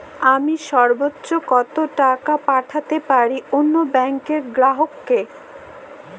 আমি সর্বোচ্চ কতো টাকা পাঠাতে পারি অন্য ব্যাংকের গ্রাহক কে?